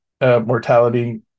mortality